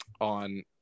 on